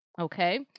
Okay